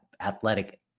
athletic